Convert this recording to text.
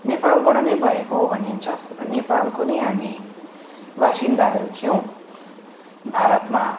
नेपालबाट नै भएको हो भनिन्छ र नेपालको नै हामी वासिन्दाहरू थियौँ भारतमा